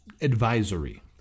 advisory